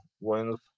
wins